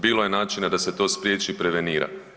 Bilo je načina da se to spriječi i prevenira.